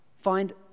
Find